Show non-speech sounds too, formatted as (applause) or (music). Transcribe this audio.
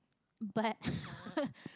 but (laughs)